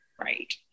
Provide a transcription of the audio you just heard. Right